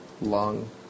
long